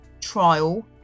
trial